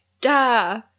Da